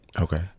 Okay